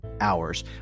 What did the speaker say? hours